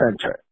center